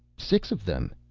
six of them.